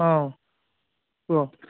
ହଁ କୁହ